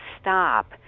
stop